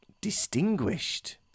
Distinguished